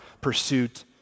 pursuit